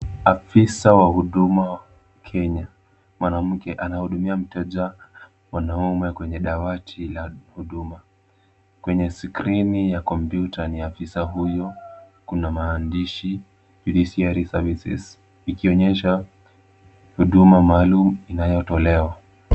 Afisa wa Huduma Kenya mwanamke, anahudumia mteja mwanaume kwenye dawati la huduma. Kwenye skrini ya kompyuta ni afisa huyo, kuna maandishi Judiciary Services ikionyesha huduma maalum inayotolewa.